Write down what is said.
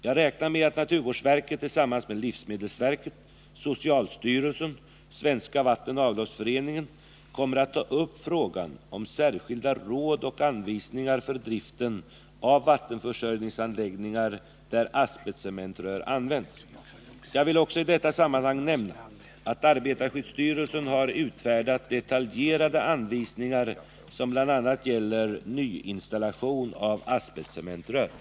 Jag räknar med att naturvårdsverket tillsammans med livsmedelsverket, socialstyrelsen och Svenska vattenoch avloppsverksföreningen kommer att ta upp frågan om särskilda råd och anvisningar för driften av vattenförsörjningsanläggningar där asbestcementrör används. Jag vill också i detta sammanhang nämna att arbetarskyddsstyrelsen har utfärdat detaljerade anvisningar, som bl.a. gäller nyinstallation av asbestcement TOT.